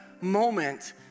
moment